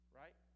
right